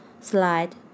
slide